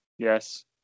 Yes